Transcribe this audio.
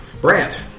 Brant